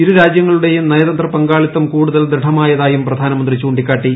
ഇരു രാജ്യങ്ങളുടെയും നയതന്ത്ര പങ്കാളിത്തം കൂടുതൽ ദൃഢമായതായും പ്രധാനമന്ത്രി ചൂണ്ടിക്കാട്ടി